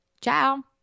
Ciao